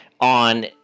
on